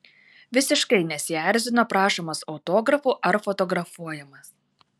visiškai nesierzino prašomas autografų ar fotografuojamas